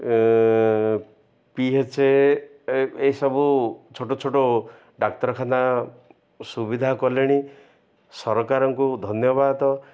PHA ଏସବୁ ଛୋଟ ଛୋଟ ଡ଼ାକ୍ତରଖାନା ସୁବିଧା କଲେଣି ସରକାରଙ୍କୁ ଧନ୍ୟବାଦ